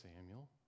Samuel